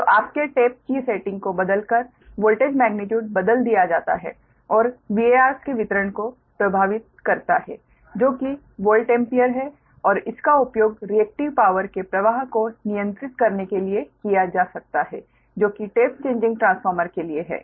तो आपके टेप की सेटिंग को बदलकर वोल्टेज मेग्नीट्यूड बदल दिया जाता है और VARs के वितरण को प्रभावित करता है जो कि वोल्ट एम्पीयर है और इसका उपयोग रिएक्टिव पावर के प्रवाह को नियंत्रित करने के लिए किया जा सकता है जो कि टेप चेंजिंग ट्रांसफार्मर के लिए है